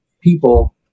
people